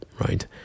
right